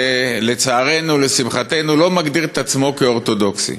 לצערנו או לשמחתנו, לא מגדיר עצמו אורתודוקסי,